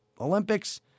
Olympics